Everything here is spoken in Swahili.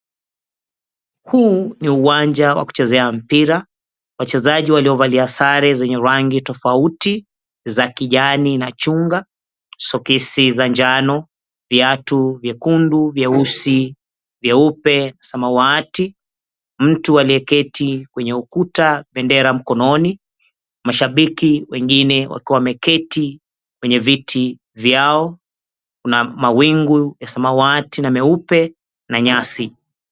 Huu ni uwanja wa kuchezea mpira. Wachezaji waliovalia sare zenye rangi tofauti za kijani na chunga, sokisi za njano, viatu vyekundu, vyeusi, vyeupe, samawati, mtu aliyeketi kwenye ukuta na bendera mkononi, mashabiki wengine wakiwa wameketi kwenye viti vyao, kuna mawingu ya samawati na meupe na nyasi.